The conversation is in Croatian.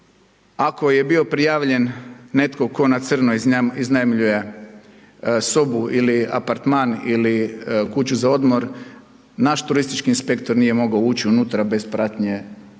ako je bio prijavljen netko tko na crno iznajmljuje sobu ili apartman ili kuću za odmor naš turistički inspektor nije mogao ući unutra bez pratnje same